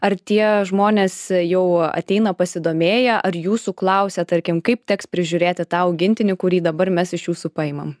ar tie žmonės jau ateina pasidomėję ar jūsų klausia tarkim kaip teks prižiūrėti tą augintinį kurį dabar mes iš jūsų paimam